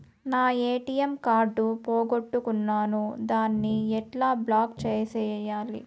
నా ATM card పోగొట్టుకున్నాను, దాన్ని ఎట్లా బ్లాక్ సేయాలి?